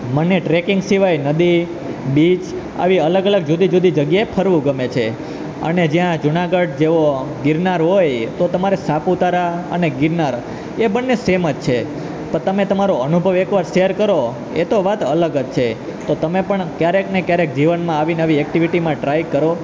મને ટ્રેકિંગ સિવાય નદી બીચ આવી અલગ અલગ જુદી જુદી જગ્યાએ ફરવું ગમે છે અને જ્યાં જુનાગઢ જેવો ગીરનાર હોય તો તમારે સાપુતારા અને ગીરનાર એ બંને સેમ જ છે પણ તમે તમારો અનુભવ એક વાર શેર કરો એ તો વાત અલગ જ છે તો તમે પણ ક્યારેક ને ક્યારેક જીવનમાં આવીને આવી એકટીવીટીમાં ટ્રાય કરો